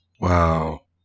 wow